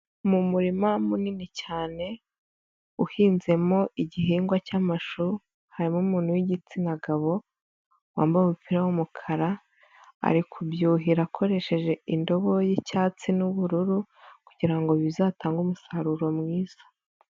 Mu murima munini cyane uhinzemo igihingwa cy'amashu, harimo umuntu w'igitsina gabo wambaye umupira w'umukara, ari kubyuhira akoresheje indobo y'icyatsi n'ubururu kugira ngo bizatange umusaruro mwiza.